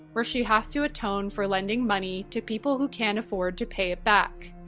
where she has to atone for lending money to people who can't afford to pay it back.